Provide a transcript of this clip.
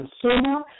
consumer